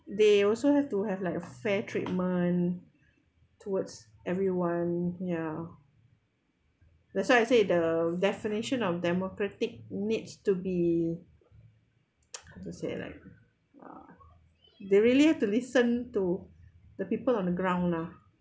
they also have to have like a fair treatment towards everyone ya that's why I say the definition of democratic needs to be how to say like uh they really have to listen to the people on the ground lah